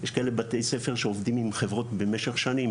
יש כאלה בתי ספר שעובדים עם חברות במשך שנים,